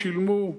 שילמו,